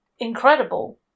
incredible